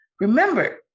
Remember